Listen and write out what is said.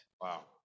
Wow